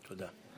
תודה.